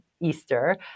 Easter